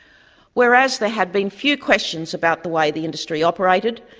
whereas there had been few questions about the way the industry operated,